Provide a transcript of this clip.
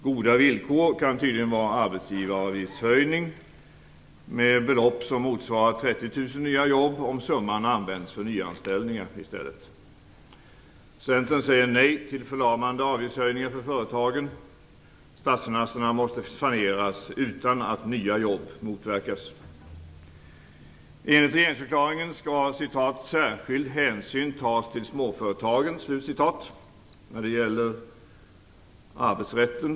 Goda villkor kan tydligen vara arbetsgivaravgiftshöjningar, med belopp som motsvarar 30 000 nya jobb om summan i stället används för nyanställningar. Centern säger nej till förlamande avgiftshöjningar för företagen. Statsfinanserna måste saneras utan att nya jobb motverkas. Enligt regeringsförklaringen skall "särskild hänsyn tas till småföretagen". Man får anta att det gäller arbetsrätten.